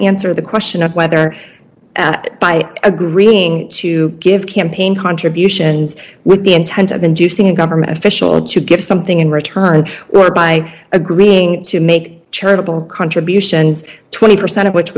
answer the question of whether by agreeing to give campaign contributions with the intent of inducing a government official to give something in return or by agreeing to make charitable contributions twenty percent of which